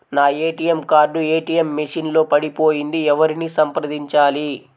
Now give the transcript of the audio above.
నా ATM card ATM machine లో పడిపోయింది ఎవరిని సంప్రదించాలి?